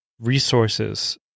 resources